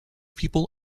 people